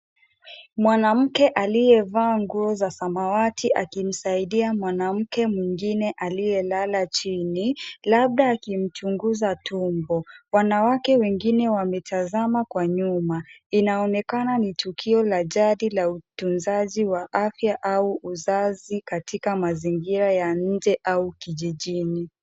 Mwanamke aliyevaa nguo za samawati akimsaidia mwanamke mwingine aliyelala chini labda akimchunguza tumbo. Wanawake wengine wametazama kwa nyuma. Inaonekana ni tukio la jadi la utunzaji wa afya au uzazi katika mazingira ya nje au kijijini.